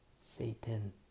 Satan